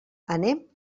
anem